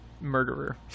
murderer